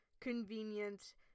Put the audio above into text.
convenient